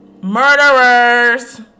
Murderers